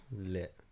lit